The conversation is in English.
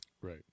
Right